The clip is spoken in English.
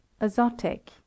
Azotic